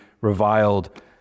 reviled